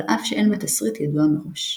על אף שאין בה תסריט ידוע מראש.